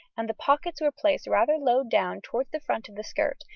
and the pockets were placed rather low down towards the front of the skirt,